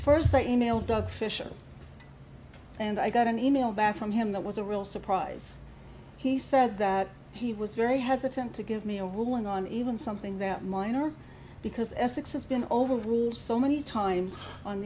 first i emailed doug fisher and i got an e mail back from him that was a real surprise he said that he was very hesitant to give me a ruling on even something that minor because essex has been overruled so many times on